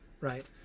right